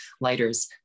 lighters